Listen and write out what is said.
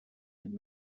and